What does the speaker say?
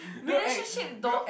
relationship don't